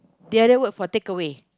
the other word for takeaway